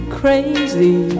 crazy